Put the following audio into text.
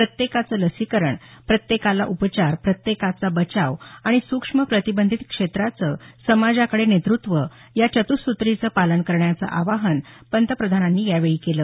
प्रत्येकाचं लसीकरण प्रत्येकाला उपचार प्रत्येकाचा बचाव आणि सूक्ष्म प्रतिबंधित क्षेत्राचं समाजाकडे नेतृत्व या चतुःसूत्रीचं पालन करण्याचं आवाहन पंतप्रधानांनी यावेळी केलं